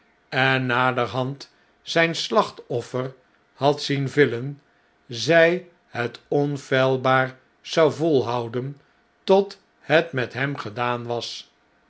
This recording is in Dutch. en naderhand zijn slachtoffer had zien villen zij het onfeilbaar zou volhouden tot het met hem gedaan was